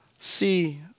see